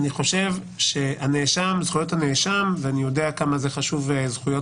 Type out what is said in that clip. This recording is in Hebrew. אני חושב לגבי זכויות הנאשם ואני יודע כמה זכויות